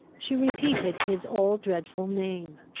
she repeated his all-dreadful name.